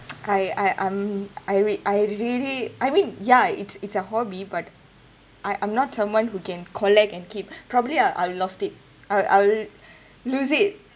I I I'm I re~ I really I mean ya it's it's a hobby but I I'm not someone who can collect and keep probably I I'll lost it uh I'll lose it